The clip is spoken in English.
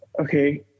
Okay